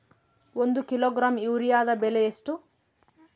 ಒಂದು ಕಿಲೋಗ್ರಾಂ ಯೂರಿಯಾದ ಬೆಲೆ ಎಷ್ಟು?